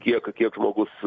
kiek kiek žmogus